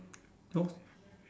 no